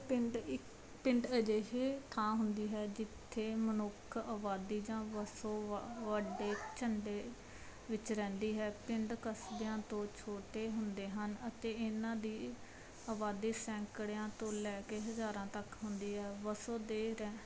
ਪਿੰਡ ਇੱ ਪਿੰਡ ਅਜਿਹੇ ਥਾਂ ਹੁੰਦੀ ਹੈ ਜਿੱਥੇ ਮਨੁੱਖ ਆਬਾਦੀ ਜਾਂ ਵਸੋਂ ਵ ਵੱਡੇ ਝੰਡੇ ਵਿੱਚ ਰਹਿੰਦੀ ਹੈ ਪਿੰਡ ਕਸਬਿਆਂ ਤੋਂ ਛੋਟੇ ਹੁੰਦੇ ਹਨ ਅਤੇ ਇਨ੍ਹਾਂ ਦੀ ਆਬਾਦੀ ਸੈਂਕੜਿਆਂ ਤੋਂ ਲੈ ਕੇ ਹਜ਼ਾਰਾਂ ਤੱਕ ਹੁੰਦੀ ਹੈ ਵਸੋਂ ਦੇ ਰਹਿਣ